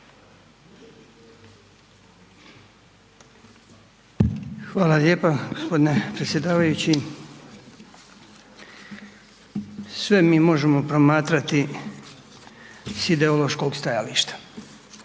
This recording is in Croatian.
Hvala lijepa. Gospodine predsjedavajući. Sve mi možemo promatrati s ideološkog stajališta,